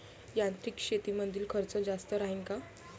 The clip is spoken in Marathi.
यांत्रिक शेतीमंदील खर्च जास्त राहीन का?